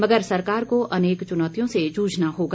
मगर सरकार को अनेक चुनौतियों से जुझना होगा